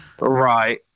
Right